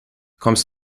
kommst